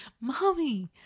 mommy